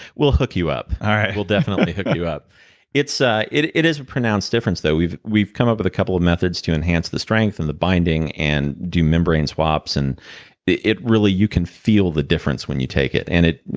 we'll hook you up all right we'll definitely hook you up ah it it is a pronounced difference, though. we've we've come up with a couple of methods to enhance the strength, and the binding, and do membrane swaps, and it it really. you can feel the difference when you take it. and it,